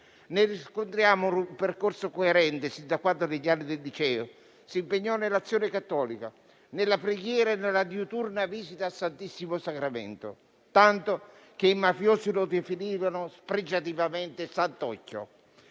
Ne riscontriamo il percorso coerente sin da quando, negli anni del liceo, si impegnò nell'Azione cattolica, nella preghiera e nella diuturna visita al Santissimo Sacramento - tanto che i mafiosi lo definivano spregiativamente "santocchio"